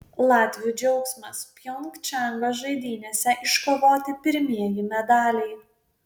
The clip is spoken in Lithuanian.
latvių džiaugsmas pjongčango žaidynėse iškovoti pirmieji medaliai